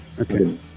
okay